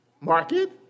market